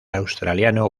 australiano